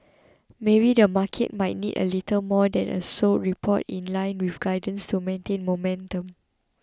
maybe the market might need a little more than a solid report in line with guidance to maintain momentum